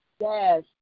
Yes